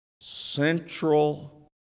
central